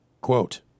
quote